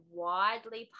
widely